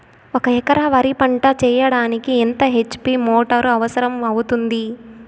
ఒక ఎకరా వరి పంట చెయ్యడానికి ఎంత హెచ్.పి మోటారు అవసరం అవుతుంది?